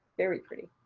very pretty.